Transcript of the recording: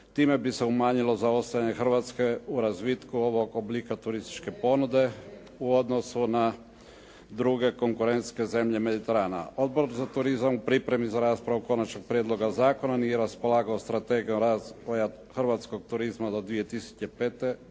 Time bi se umanjilo zaostajanje Hrvatske u razvitku ovog oblika turističke ponude u odnosu na druge konkurentske zemlje mediterana. Odbor za turizam u pripremi za raspravu konačnog prijedloga zakona nije raspolagao strategijom …/Govornik se ne razumije./… hrvatskog turizma do 2015.,